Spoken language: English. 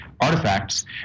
artifacts